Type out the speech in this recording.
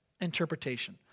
interpretation